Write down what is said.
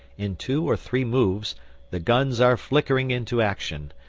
in two or three moves the guns are flickering into action,